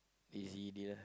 lazy dear